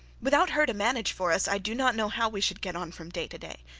without her to manage for us, i do not know how we should get on from day to day.